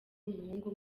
umuhungu